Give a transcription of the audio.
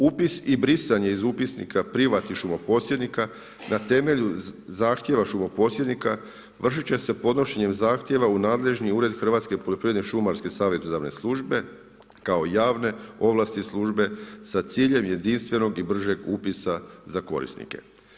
Upis i brisanje iz upisnika privatnih šumoposjednika, na temelju zahtjeva šumoposjednika, vršiti će se podnošenjem zahtjeva u nadležni ured hrvatske poljoprivredne šumarske savjetodavne službe kao javne ovlasti službe sa ciljem jedinstvenog i bržeg upisa za korisnike.